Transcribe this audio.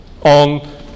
on